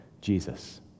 Jesus